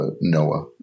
Noah